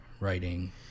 writing